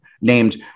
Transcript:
named